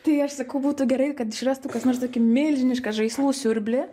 tai aš sakau būtų gerai kad išrastų kas nors tokį milžinišką žaislų siurblį